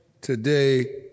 today